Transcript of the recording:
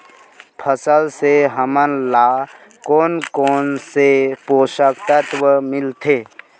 फसल से हमन ला कोन कोन से पोषक तत्व मिलथे?